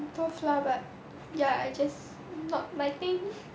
很多 flour but ya I just thought lighting